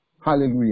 Hallelujah